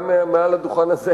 גם מעל לדוכן הזה,